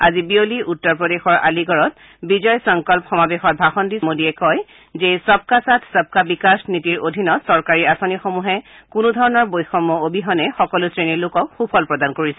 আজি বিয়লি উত্তৰ প্ৰদেশৰ আলীগড়ত বিজয় সংকল্প সমাবেশত ভাষণ দি শ্ৰীমোডীয়ে কয় যে সবকা সাথ সৰকা বিকাশ নীতিৰ অধীনত চৰকাৰী আঁচনিসমূহে কোনো ধৰণৰ বৈষম্য অবিহনে সকলো শ্ৰেণীৰ লোকক সূফল প্ৰদান কৰিছে